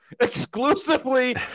exclusively